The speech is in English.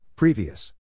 Previous